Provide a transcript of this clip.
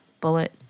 bullet